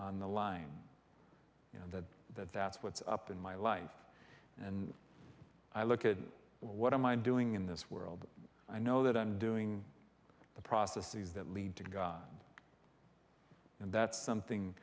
on the line you know that that's what's up in my life and i look at what i'm doing in this world i know that i'm doing the processes that lead to god and that's something